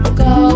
go